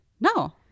No